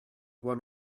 one